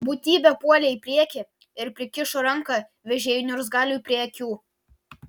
būtybė puolė į priekį ir prikišo ranką vežėjui niurzgaliui prie akių